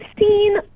seen